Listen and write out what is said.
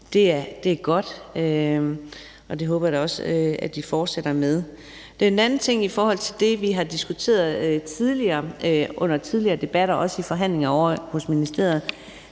Det er godt, og det håber jeg da også de fortsætter med. Den anden ting i forhold til det, vi har diskuteret tidligere under tidligere debatter, også i forhandlinger i ministeriet,